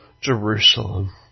Jerusalem